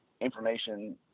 information